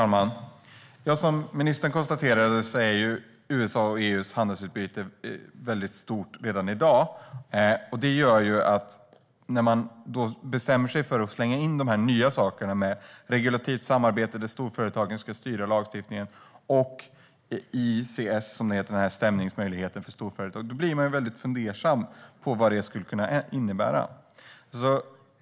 Herr talman! Som ministern konstaterade är USA:s och EU:s handelsutbyte väldigt stort redan i dag. Det gör att när man bestämmer sig för att slänga in nya saker, som regulativt samarbete där storföretagen ska styra lagstiftningen och ICS som är stämningsmöjligheten för storföretag, blir jag fundersam över vad det skulle kunna innebära.